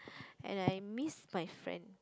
and I miss my friend